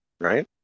right